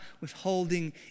withholding